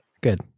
Good